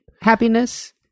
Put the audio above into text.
happiness